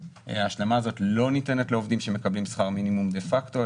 ההשלמה הזאת לא ניתנת לעובדים שמקבלים שכר מינימום זה פקטו,